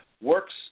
works